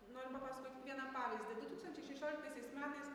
noriu papasakot vieną pavyzdį du tūkstančiai šešioliktaisiais metais